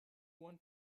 one